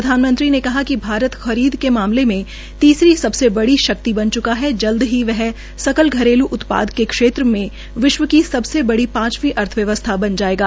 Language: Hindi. प्रधानमंत्री ने कहा कि भारत खरीद के मामले में तीसरी सबसे बड़ी शक्ति बन च्का है जल्दी ही वह सकल घरेल् उत्पाद के क्षेत्र में विश्व की सबसे बड़ी पांचवी अर्थव्यवस्था बन जाएगा